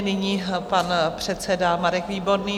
Nyní pan předseda Marek Výborný.